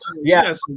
Yes